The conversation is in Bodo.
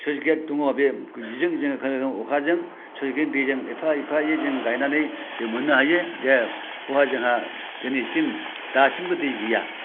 सुइस गेट दङ बेजों जोङो अखाजों सुइस गेट नि दैजों जों एफा एफायै गायनानै जों मोननो हायो दि बेवहाय जोंहा दिनैसिम दासिमबो दै गैया